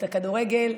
את הכדורגל.